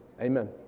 Amen